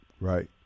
Right